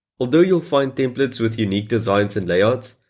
although you'll find templates with unique designs and layouts,